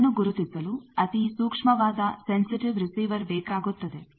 ಇದನ್ನು ಗುರುತಿಸಲು ಅತಿ ಸೂಕ್ಷ್ಮವಾದ ಸೆನ್ಸಿಟಿವ್ ರಿಸೀವರ್ ಬೇಕಾಗುತ್ತದೆ